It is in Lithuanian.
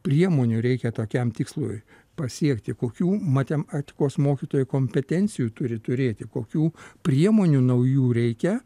priemonių reikia tokiam tikslui pasiekti kokių matematikos mokytojai kompetencijų turi turėti kokių priemonių naujų reikia